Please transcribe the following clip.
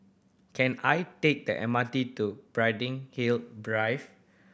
can I take the M R T to Hill Drive